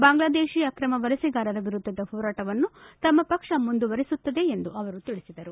ಬಾಂಗ್ಲಾದೇಶಿ ಅಕ್ರಮ ವಲಸೆಗಾರರ ವಿರುದ್ದದ ಹೋರಾಟವನ್ನು ತಮ್ಮ ಪಕ್ಷ ಮುಂದುವರೆಸುತ್ತದೆ ಎಂದು ಅವರು ತಿಳಿಸಿದರು